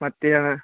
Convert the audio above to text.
ಮತ್ತು ಏನು